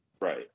right